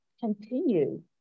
continue-